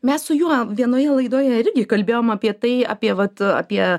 mes su juo vienoje laidoje irgi kalbėjom apie tai apie vat apie